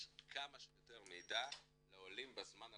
כמה שיותר מידע לעלים בזמן הרלבנטי.